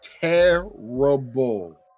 terrible